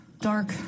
Dark